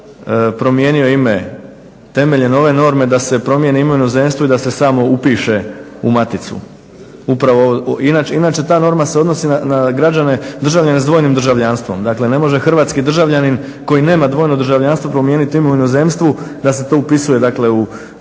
promijenio je ime, temeljem ove norme da se promijeni ime u inozemstvu i da se samo upiše u maticu. Upravo, inače ta norma se odnosi na građane, državljane s dvojnim državljanstvo. Dakle, ne može hrvatski državljanin koji nema dvojno državljanstvo promijeniti ime u inozemstvu da se to upisuje dakle